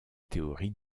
théorie